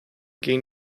gegen